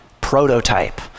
prototype